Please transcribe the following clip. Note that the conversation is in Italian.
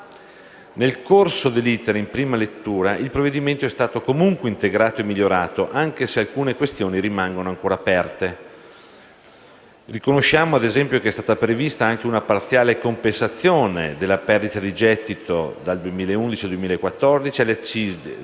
Nel corso dell'*iter* in prima lettura il provvedimento è stato integrato e migliorato, anche se alcune questioni rimangono ancora aperte. Riconosciamo, ad esempio, che è stata prevista anche una parziale compensazione della perdita di gettito delle accise dal 2011 al